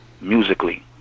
musically